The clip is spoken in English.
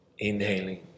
Inhaling